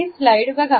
हीच स्लाईड बघा